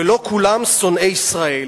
ולא כולם שונאי ישראל.